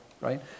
right